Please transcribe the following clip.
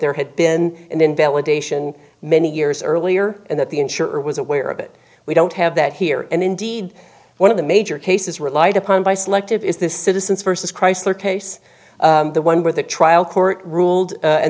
there had been an invalidation many years earlier and that the insurer was aware of it we don't have that here and indeed one of the major cases relied upon by selective is the citizens versus chrysler case the one where the trial court ruled a